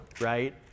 right